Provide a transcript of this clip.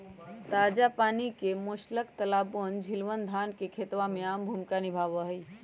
ताजा पानी के मोलस्क तालाबअन, झीलवन, धान के खेतवा में आम भूमिका निभावा हई